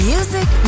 Music